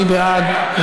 מי בעד?